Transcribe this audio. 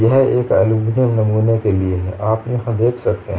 यह एक एल्यूमीनियम नमूने के लिए है आप यहां देख सकते हैं